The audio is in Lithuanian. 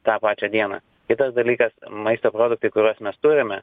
tą pačią dieną kitas dalykas maisto produktai kuriuos mes turime